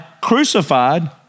crucified